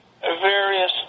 various